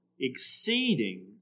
exceeding